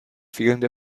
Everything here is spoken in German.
fehlende